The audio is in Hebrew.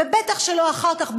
ובטח שלא אחר כך,